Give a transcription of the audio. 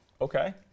Okay